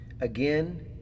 again